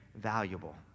valuable